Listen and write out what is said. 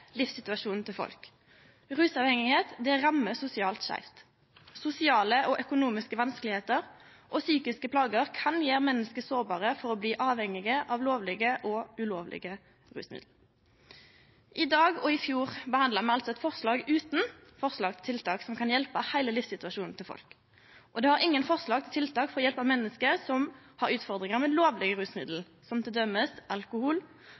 livssituasjonen til folk. Rusavhengigheit rammar sosialt skeivt. Sosiale og økonomiske vanskar og psykiske plagar kan gjere menneske sårbare for å bli avhengige av lovlege og ulovlege rusmiddel. I dag som i fjor behandlar me altså eit forslag utan forslag til tiltak som kan hjelpe heile livssituasjonen til folk, og det er ingen forslag til tiltak for å hjelpe menneske som har utfordringar med lovlege rusmiddel, som t.d. alkohol